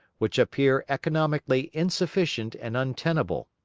which appear economically insufficient and untenable,